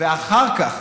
ואחר כך